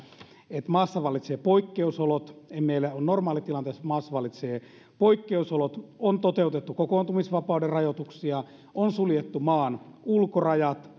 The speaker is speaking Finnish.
että maassa vallitsee poikkeusolot emme elä normaalitilanteessa maassa vallitsee poikkeusolot on toteutettu kokoontumisvapauden rajoituksia on suljettu maan ulkorajat